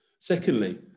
Secondly